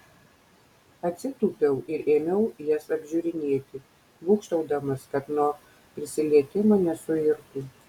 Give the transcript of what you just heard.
atsitūpiau ir ėmiau jas apžiūrinėti būgštaudamas kad nuo prisilietimo nesuirtų